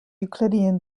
euclidean